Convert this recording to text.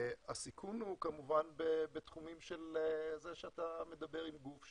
הסיכון הוא כמובן שאתה מדבר עם גוף,